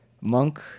Monk